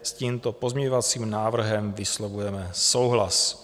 S tímto pozměňovacím návrhem vyslovujeme souhlas.